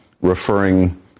referring